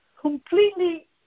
completely